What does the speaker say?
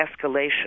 escalation